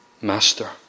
master